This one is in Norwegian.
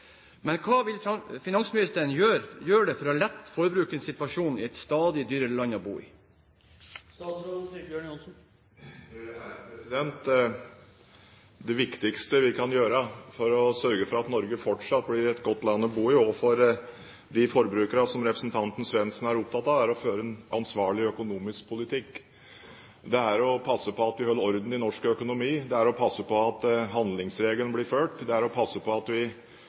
Men hva vil finansministeren gjøre for å lette forbrukernes situasjon i et land det er stadig dyrere å bo i? Det viktigste vi kan gjøre for å sørge for at Norge fortsatt blir et godt land å bo i, også for de forbrukerne som representanten Svendsen er opptatt av, er å føre en ansvarlig økonomisk politikk. Det er å passe på at en holder orden i norsk økonomi, det er å passe på at handlingsregelen blir fulgt, det er å passe på at vi